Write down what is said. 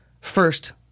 first